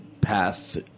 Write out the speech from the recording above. path